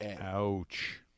Ouch